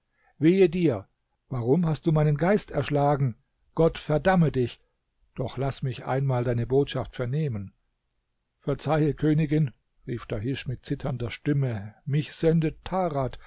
wehe dir warum hast du meinen geist erschlagen gott verdamme dich doch laß mich einmal deine botschaft vernehmen verzeihe königin rief dahisch mit zitternder stimme mich sendet tarad